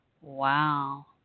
Wow